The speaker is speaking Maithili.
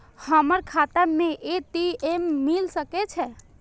हमर खाता में ए.टी.एम मिल सके छै?